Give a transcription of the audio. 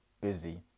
busy